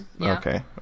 Okay